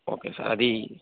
okay sir అది